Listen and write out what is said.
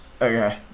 Okay